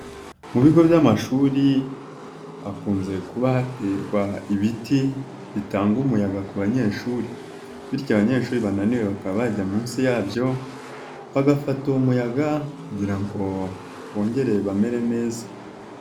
Mu bigo by'amashuri hakunze kuba haterwa ibiti bitanga umuyaga ku banyeshuri bityo abanyeshuri bananiwe bakaba bajya munsi yabyo bagafata uwo muyaga kugira ngo bongere bamere neza.